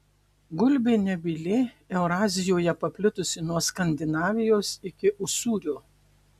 gulbė nebylė eurazijoje paplitusi nuo skandinavijos iki usūrio